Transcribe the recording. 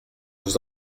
vous